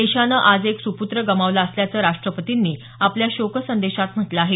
देशानं आज एक सुपूत्र गमावला असल्याचं राष्टपतींनी आपल्या शोक संदेशात म्हटलं आहे